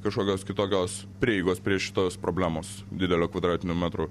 kažkokios kitokios prieigos prie šitos problemos didelio kvadratinių metrų